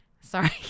sorry